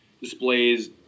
displays